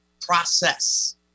process